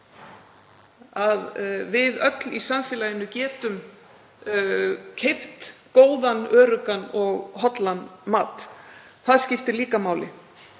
að við öll í samfélaginu getum keypt góðan, öruggan og hollan mat. Það skiptir líka máli.